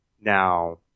Now